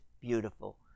beautiful